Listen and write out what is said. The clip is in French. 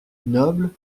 nobles